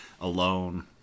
alone